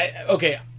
okay